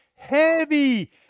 heavy